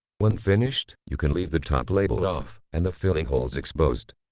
when finished, you can leave the top label off, and the filling holes exposed.